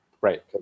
right